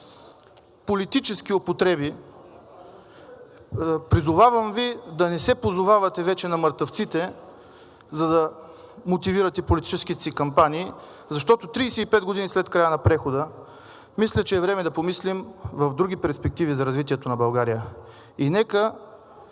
политически употреби, призовавам Ви да не се позовавате вече на мъртъвците, за да мотивирате политическите си кампании, защото 35 години след края на прехода мисля, че е време да помислим в други перспективи за развитието на България. И нека